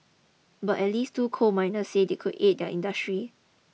but at least two coal miners say it could aid industry